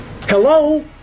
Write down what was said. Hello